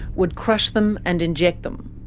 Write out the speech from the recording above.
would crush them and inject them.